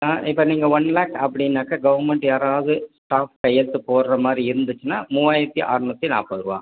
இப்போ நீங்கள் ஒன் லாக் அப்படின்னாக்கா கவர்மெண்ட் யாராது ஸ்டாஃப் கையெழுத்து போடுகிற மாதிரி இருந்துச்சுன்னா மூவாயிரத்து அறநூற்றி நாற்பது ரூபா